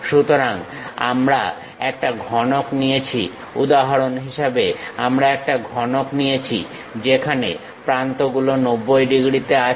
সুতরাং আমরা একটা ঘনক নিয়েছি উদাহরণ হিসেবে আমরা একটা ঘনক নিয়েছি যেখানে প্রান্তগুলো 90 ডিগ্রীতে আছে